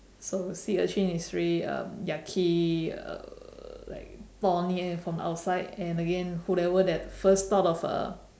so sea urchin is really um yucky uh like thorny and from the outside and again whoever that first thought of uh